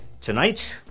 Tonight